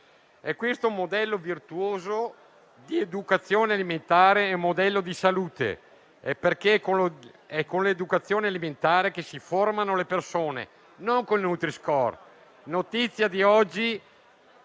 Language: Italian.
Questo modello virtuoso di educazione alimentare è modello di salute, perché è con l'educazione alimentare che si formano le persone, non con il nutri-score.